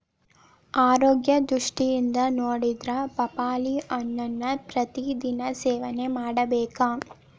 ಆರೋಗ್ಯ ದೃಷ್ಟಿಯಿಂದ ನೊಡಿದ್ರ ಪಪ್ಪಾಳಿ ಹಣ್ಣನ್ನಾ ಪ್ರತಿ ದಿನಾ ಸೇವನೆ ಮಾಡಬೇಕ